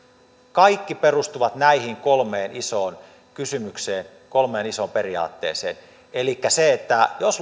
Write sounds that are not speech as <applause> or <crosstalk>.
kaikki perustuvat näihin kolmeen isoon kysymykseen kolmeen isoon periaatteeseen elikkä jos <unintelligible>